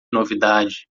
novidade